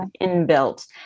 inbuilt